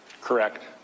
Correct